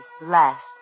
last